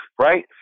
right